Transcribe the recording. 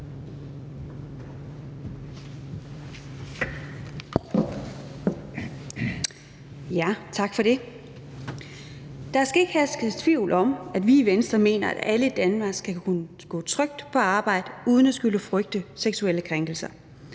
(V): Tak for det. Der skal ikke herske tvivl om, at vi i Venstre mener, at alle i Danmark skal kunne gå trygt på arbejde uden at skulle frygte seksuelle krænkelser.